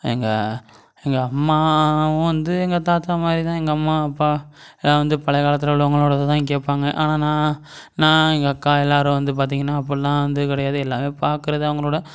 எங்கள் எங்கள் அம்மாவும் வந்து எங்கள் தாத்தா மாதிரி தான் எங்கள் அம்மா அப்பா எல்லாம் வந்து பழைய காலத்தில் உள்ளவங்களோடது தான் கேட்பாங்க ஆனால் நான் நான் எங்கள் அக்கா எல்லாரும் வந்து பார்த்தீங்கன்னா அப்பட்லாம் வந்து கிடையாது எல்லாமே பார்க்கறது அவங்களோட